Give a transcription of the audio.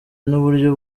n’uburyo